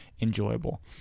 enjoyable